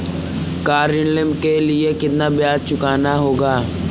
Car ऋण के लिए कितना ब्याज चुकाना होगा?